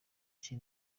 cye